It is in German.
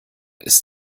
ist